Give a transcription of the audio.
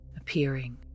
appearing